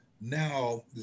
Now